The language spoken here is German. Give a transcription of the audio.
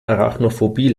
arachnophobie